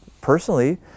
personally